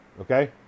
okay